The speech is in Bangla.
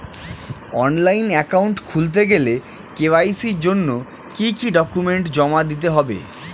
অনলাইন একাউন্ট খুলতে গেলে কে.ওয়াই.সি জন্য কি কি ডকুমেন্ট জমা দিতে হবে?